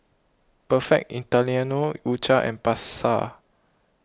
Perfect Italiano U Cha and Pasar